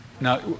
Now